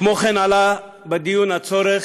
כמו כן עלה בדיון הצורך,